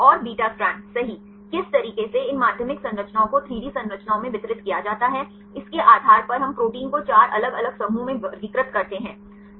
और beta strand सही किस तरीके से इन माध्यमिक संरचनाओं को 3 डी संरचनाओं में वितरित किया जाता है इसके आधार पर हम प्रोटीन को 4 अलग अलग समूहों में वर्गीकृत करते हैं